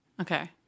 Okay